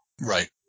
Right